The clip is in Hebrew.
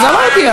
אז אמרתי.